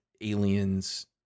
aliens